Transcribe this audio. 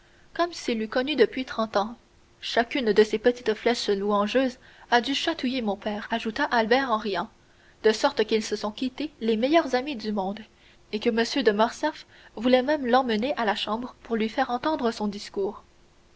comme s'il l'eût connu depuis trente ans chacune de ces petites flèches louangeuses a dû chatouiller mon père ajouta albert en riant de sorte qu'ils se sont quittés les meilleurs amis du monde que m de morcerf voulait même l'emmener à la chambre pour lui faire entendre son discours